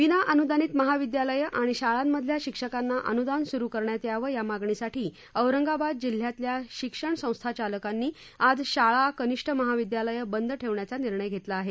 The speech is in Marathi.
विना अनुदानित महाविद्यालयं आणि शाळांमधल्या शिक्षकांना अनुदान सुरू करण्यात यावं या मागणीसाठी औरंगाबाद जिल्ह्यातल्या शिक्षण संस्थाचालकांनी आज शाळा कनिष्ठ महाविद्यालयं बंद ठेवण्याचा निर्णय घेतला आहे